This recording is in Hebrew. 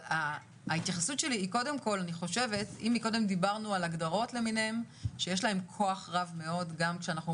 אם מקודם דיברנו על הגדרות למיניהן שיש להן כוח רב מאוד גם כשאנחנו